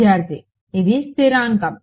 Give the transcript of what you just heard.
విద్యార్థి ఇది స్థిరాంకం